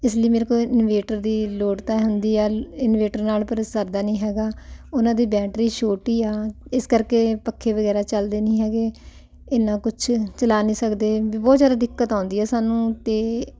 ਇਸ ਲਈ ਮੇਰੇ ਕੋਲ ਇਨਵੇਟਰ ਦੀ ਲੋੜ ਤਾਂ ਹੁੰਦੀ ਆ ਇਨਵੇਟਰ ਨਾਲ ਪਰ ਸਰਦਾ ਨਹੀਂ ਹੈਗਾ ਉਹਨਾਂ ਦੀ ਬੈਟਰੀ ਛੋਟੀ ਆ ਇਸ ਕਰਕੇ ਪੱਖੇ ਵਗੈਰਾ ਚੱਲਦੇ ਨਹੀਂ ਹੈਗੇ ਇੰਨਾ ਕੁਝ ਚਲਾ ਨਹੀਂ ਸਕਦੇ ਵੀ ਬਹੁਤ ਜ਼ਿਆਦਾ ਦਿੱਕਤ ਆਉਂਦੀ ਹੈ ਸਾਨੂੰ ਅਤੇ